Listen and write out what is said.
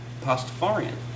Pastafarian